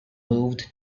moved